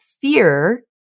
fear